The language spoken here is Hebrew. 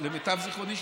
ולמיטב זיכרוני,